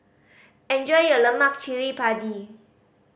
enjoy your lemak cili padi